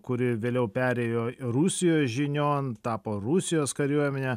kuri vėliau perėjo rusijos žinion tapo rusijos kariuomene